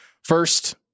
First